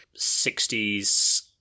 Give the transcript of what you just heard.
60s